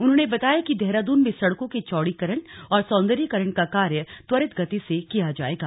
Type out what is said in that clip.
उन्होंने बताया कि देहरादून में सड़कों के चैड़ीकरण और सोंदर्यीकरण का कार्य त्वरित गति से किया जायेगा